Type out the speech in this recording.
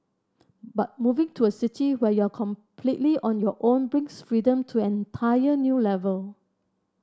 but moving to a city where you're completely on your own brings freedom to an entire new level